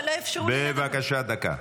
בבקשה, דקה.